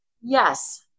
Yes